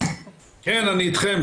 אני אתכם.